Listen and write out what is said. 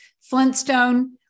Flintstone